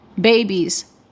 babies